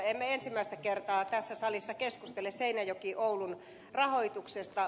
emme ensimmäistä kertaa tässä salissa keskustele seinäjokioulun rahoituksesta